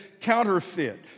counterfeit